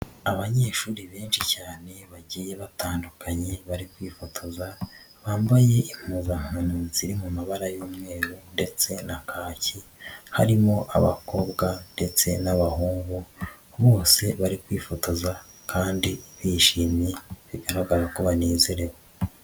Abanyeshuri benshi cyane bagiye batandukanye bari kwifotoza bambaye impubankano ziri mu mabara y'umweru ndetse na kaki, harimo abakobwa ndetse n'abahungu, bose bari kwifotoza kandi bishimye bigaragara ko banezerewe.